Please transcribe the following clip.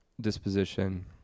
disposition